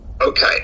Okay